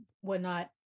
whatnot